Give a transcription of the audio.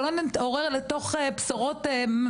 שלא נתעורר לבשורות מוות.